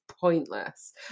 pointless